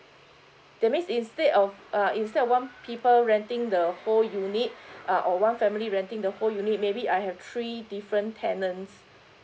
that means instead of uh instead of one people renting the whole unit uh or one family renting the whole unit maybe I have three different tenants